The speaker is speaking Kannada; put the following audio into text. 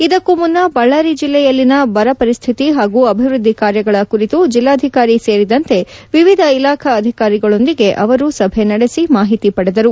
ಇದಕ್ಕೂ ಮುನ್ನ ಬಳ್ಳಾರಿ ಜಿಲ್ಲೆಯಲ್ಲಿನ ಬರ ಪರಿಸ್ಥಿತಿ ಹಾಗೂ ಅಭಿವೃದ್ದಿ ಕಾರ್ಯಗಳ ಕುರಿತು ಜಿಲ್ವಾಧಿಕಾರಿ ಸೇರಿದಂತೆ ವಿವಿಧ ಇಲಾಖಾ ಅಧಿಕಾರಿಗಳೊಂದಿಗೆ ಅವರು ಸಭೆ ನಡೆಸಿ ಮಾಹಿತಿ ಪಡೆದರು